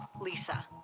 Lisa